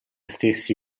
stessi